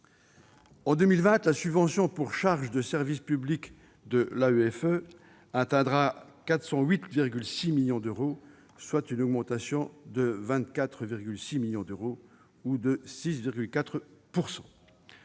En 2020, la subvention pour charges de service public de l'AEFE atteindra 408,6 millions d'euros, soit une augmentation de 24,6 millions d'euros ou de 6,4 %.